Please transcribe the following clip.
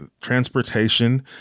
Transportation